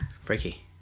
freaky